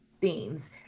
themes